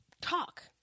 talk